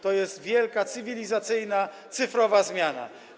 To jest wielka cywilizacyjna, cyfrowa zmiana.